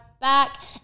back